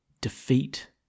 defeat